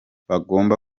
bagomba